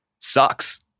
sucks